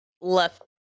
left